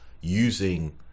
using